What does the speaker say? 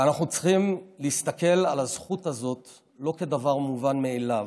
ואנחנו צריכים להסתכל על הזכות הזאת לא כעל דבר מובן מאליו.